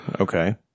Okay